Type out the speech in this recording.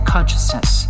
Consciousness